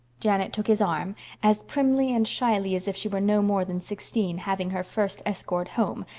janet took his arm as primly and shyly as if she were no more than sixteen, having her first escort home,